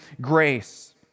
grace